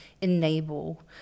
enable